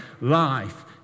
life